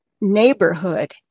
neighborhood